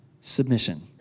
submission